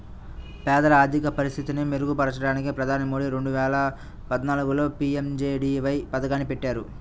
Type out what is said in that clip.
పేదల ఆర్థిక పరిస్థితిని మెరుగుపరచడానికి ప్రధాని మోదీ రెండు వేల పద్నాలుగులో పీ.ఎం.జే.డీ.వై పథకాన్ని పెట్టారు